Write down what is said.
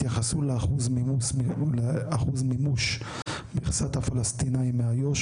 התייחסו לאחוז מימוש מכסת הפלסטינאים מאיו"ש